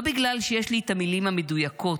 לא בגלל שיש לי את המילים המדויקות,